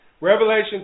Revelation